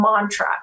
mantra